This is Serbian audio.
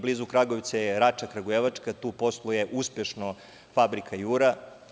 Blizu Kragujevca je Rača Kragujevačka i tu posluje uspešno Fabrika „Jura“